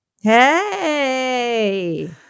Hey